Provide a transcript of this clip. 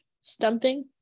Stumping